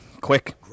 quick